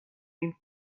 این